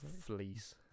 fleece